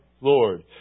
Lord